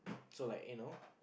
so like you know